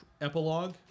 epilogue